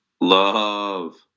love